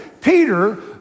Peter